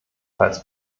falls